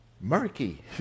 murky